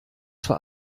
zwar